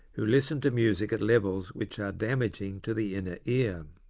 who listen to music at levels which are damaging to the inner ear.